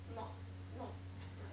not not like